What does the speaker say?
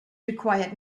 required